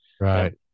Right